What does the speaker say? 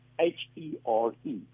H-E-R-E